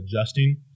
adjusting